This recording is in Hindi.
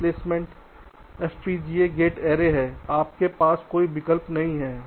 cell placement FPGA gate array है आपके पास कोई विकल्प नहीं है